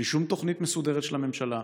בלי שום תוכנית מסודרת של הממשלה,